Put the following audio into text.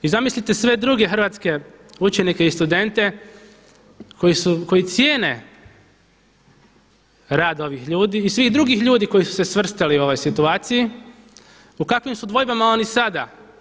I zamislite sve druge hrvatske učenike i studente koji cijene rad ovih ljudi i svih drugih ljudi koji su se svrstali u ovoj situaciji, u kakvim su dvojbama oni sada.